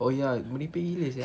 oh ya merepek gila sia